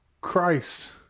Christ